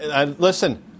Listen